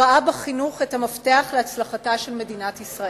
ראה בחינוך את המפתח להצלחתה של מדינת ישראל.